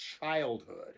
childhood